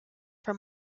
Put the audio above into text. for